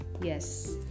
Yes